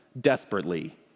desperately